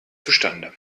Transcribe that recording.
zustande